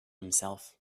himself